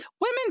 women